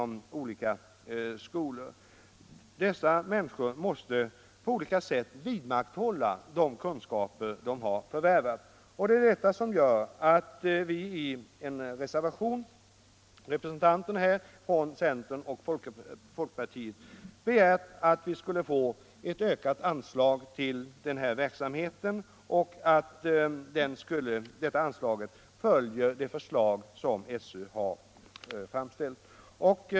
Dessa människor måste på olika sätt vidmakthålla de kunskaper de förvärvar. Detta har gjort att representanterna för centerpartiet och folkpartiet i en reservation begärt ett ökat anslag för denna verksamhet i enlighet med SÖ:s förslag. Herr talman!